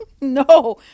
no